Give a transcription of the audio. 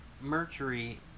mercury